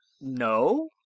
No